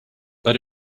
but